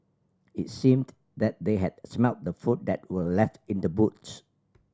it seemed that they had smelt the food that were left in the boot